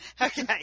Okay